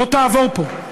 לא תעבור פה.